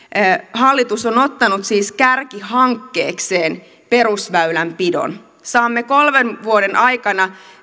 hallitus on ottanut siis kärkihankkeekseen perusväylänpidon saamme kolmen vuoden aikana